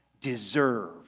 deserve